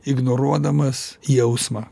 ignoruodamas jausmą